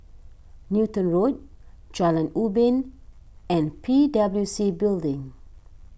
Newton Road Jalan Ubin and P W C Building